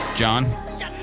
John